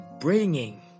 Bringing